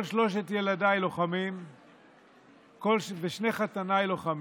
כל שלושת ילדיי לוחמים ושני חתניי לוחמים.